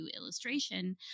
illustration